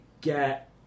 get